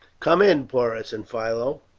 come in, porus and philo,